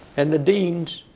and the deans,